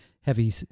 heavy